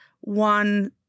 one